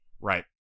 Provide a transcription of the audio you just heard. right